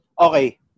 Okay